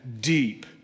deep